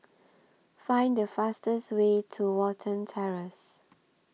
Find The fastest Way to Watten Terrace